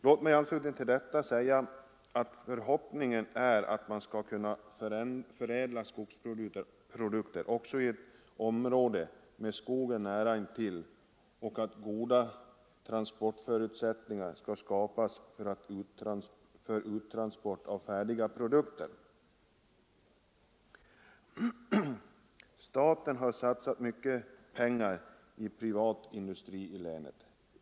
Låt mig i anslutning till detta säga att förhoppningen är att man skall kunna förädla skogsprodukter också i ett område med skogen nära intill och att goda transportförutsättningar skall skapas för uttransport av färdiga produkter. Staten har satsat mycket pengar i privat industri i länet.